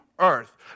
earth